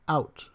Out